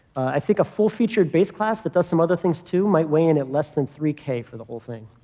i think a full-featured base class that does some other things, too, might weigh in at less than three k for the whole thing.